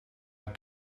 het